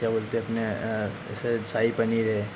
क्या बोलते अपने ऐसे शाही पनीर है